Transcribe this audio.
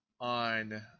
on